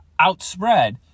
outspread